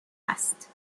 است